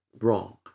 wrong